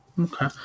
Okay